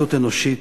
באחריות אנושית,